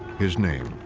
his name.